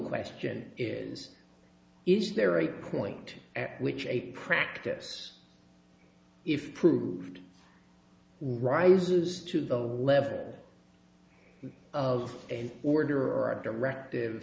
question is is there a point at which a practice if proved rises to the level of in order or a directive